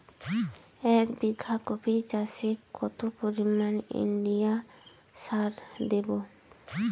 এক বিঘা কপি চাষে কত পরিমাণ ইউরিয়া সার দেবো?